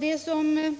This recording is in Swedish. Det som